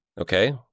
Okay